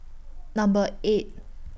Number eight